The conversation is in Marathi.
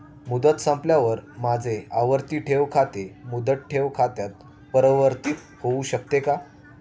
मुदत संपल्यावर माझे आवर्ती ठेव खाते मुदत ठेव खात्यात परिवर्तीत होऊ शकते का?